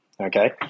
Okay